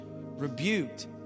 rebuked